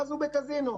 ואז היזם בעצם בקזינו,